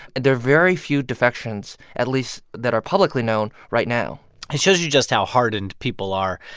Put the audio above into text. there are very few defections, at least that are publicly known right now it shows you just how hardened people are.